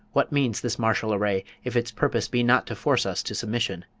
what means this martial array, if its purpose be not to force us to submission?